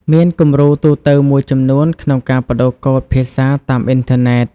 មានគំរូទូទៅមួយចំនួនក្នុងការប្តូរកូដភាសាតាមអ៊ីនធឺណិត។